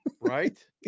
Right